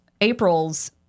April's